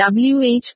WH